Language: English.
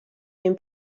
been